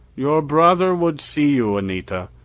your brother would see you, anita.